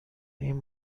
این